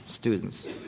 Students